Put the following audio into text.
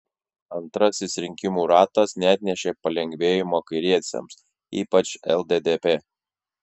antrasis rinkimų ratas neatnešė palengvėjimo kairiesiems ypač lddp